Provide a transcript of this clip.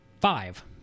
five